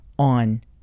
on